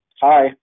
Hi